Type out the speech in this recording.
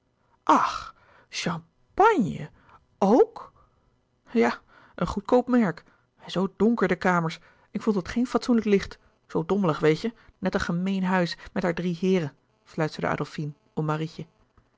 champagne ok ja een goedkoop merk en zoo donker de kamers ik vond het geen fatsoenlijk licht zoo dommelig weet je net een gemeen huis met haar drie heeren fluisterde adolfine om marietje